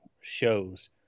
shows